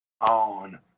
on